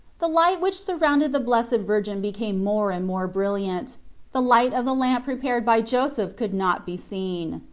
the light which surrounded the blessed virgin became more and more brilliant the light of the lamp prepared by joseph could not be seen.